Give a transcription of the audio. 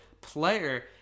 player